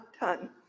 done